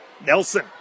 Nelson